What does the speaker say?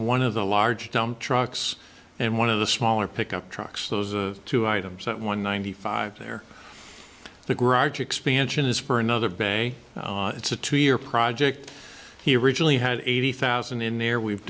one of the large dump trucks and one of the smaller pickup trucks those two items at one ninety five they're the garage expansion is for another bay it's a two year project he originally had eighty thousand in there we've